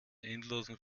endlosen